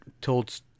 told